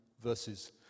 verses